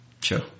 Sure